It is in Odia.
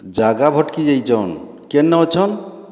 ଜାଗା ଭଟ୍କି ଯାଇଛନ୍ କେନ ଅଛନ୍